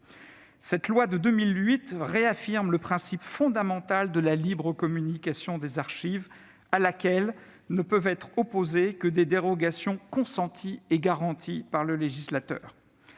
Cette loi de 2008 réaffirme le principe fondamental de la libre communication des archives publiques, auquel ne peuvent être opposées que des dérogations consenties et garanties par le législateur.